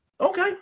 Okay